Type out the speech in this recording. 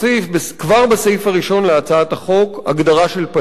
כבר בסעיף הראשון של הצעת החוק הגדרה של פליט.